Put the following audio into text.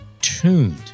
tuned